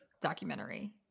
documentary